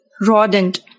rodent